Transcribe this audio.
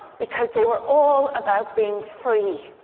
because they were all about being free,